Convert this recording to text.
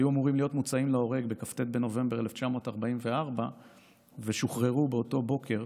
היו אמורים להיות מוצאים להורג בכ"ט בנובמבר 1944 ושוחררו באותו בוקר,